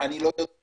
אני לא יודע.